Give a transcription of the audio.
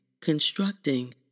constructing